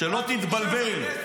שלא תתבלבל.